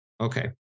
Okay